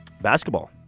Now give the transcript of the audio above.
Basketball